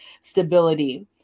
stability